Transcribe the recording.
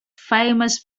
famous